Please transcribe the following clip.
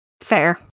Fair